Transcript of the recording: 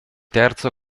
terzo